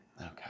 okay